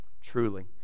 truly